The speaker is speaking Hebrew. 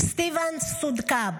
סטיאן סוונאקאם,